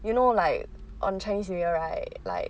you know like on chinese new year right like